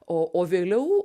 o o vėliau